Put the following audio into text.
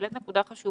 והעלית נקודה חשובה,